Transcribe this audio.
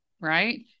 right